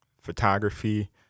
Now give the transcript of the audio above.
photography